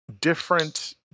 different